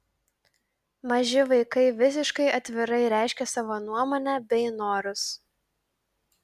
maži vaikai visiškai atvirai reiškia savo nuomonę bei norus